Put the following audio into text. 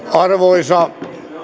arvoisa